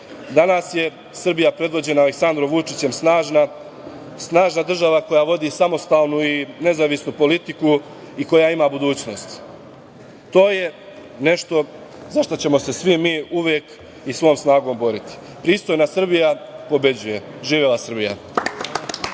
Danas je Srbija predvođena Aleksandrom Vučićem snažna država koja vodi samostalnu i nezavisnu politiku i koja ima budućnost. To je nešto za šta ćemo se svi mi uvek i svom snagom boriti. Pristojna Srbija pobeđuje. Živela Srbija.